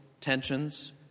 tensions